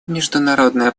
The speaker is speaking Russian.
международное